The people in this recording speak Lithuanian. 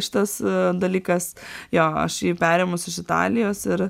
šitas dalykas jo aš jį perėmus iš italijos ir